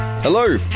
Hello